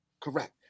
Correct